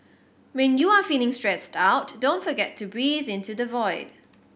when you are feeling stressed out don't forget to breathe into the void